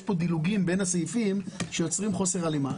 כאן דילוגים בין הסעיפים שיוצרים חוסר הלימה.